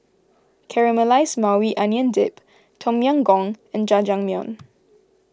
Caramelized Maui Onion Dip Tom Yam Goong and Jajangmyeon